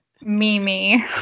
mimi